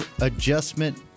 adjustment